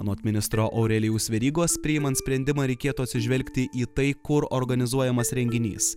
anot ministro aurelijaus verygos priimant sprendimą reikėtų atsižvelgti į tai kur organizuojamas renginys